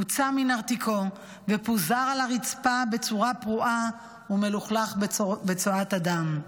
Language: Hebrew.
הוצא מנרתיקו ופוזר על הרצפה בצורה פרועה ומלוכלך בצואת אדם.